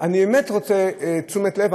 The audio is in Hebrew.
אני באמת רוצה תשומת לב,